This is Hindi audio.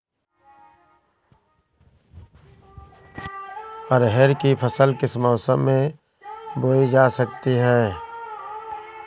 अरहर की फसल किस किस मौसम में बोई जा सकती है?